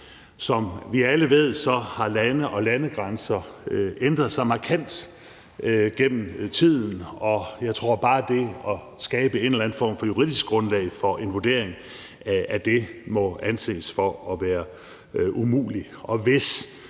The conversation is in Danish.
Som vi alle ved, har lande og landegrænser ændret sig markant gennem tiden, og jeg tror, at bare det at skabe en eller anden form for juridisk grundlag for en vurdering af det må anses for at være umuligt. Og hvis